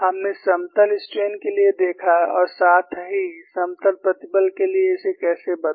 हमने समतल स्ट्रेन के लिए देखा और साथ ही समतल प्रतिबल के लिए इसे कैसे बदला